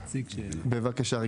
בבקשה.